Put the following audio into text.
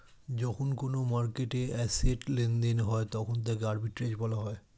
যখন কোনো মার্কেটে অ্যাসেট্ লেনদেন হয় তখন তাকে আর্বিট্রেজ বলা হয়